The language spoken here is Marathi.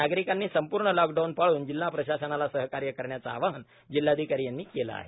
नागरिकांनी संपूर्ण लॉकडाऊन पाळून जिल्हा प्रशासनाला सहकार्य करण्याचं आवाहन जिल्हाधिकारी यांनी केले आहे